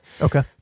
Okay